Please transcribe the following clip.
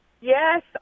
Yes